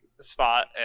spot